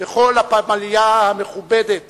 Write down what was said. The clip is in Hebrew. וכל הפמליה המכובדת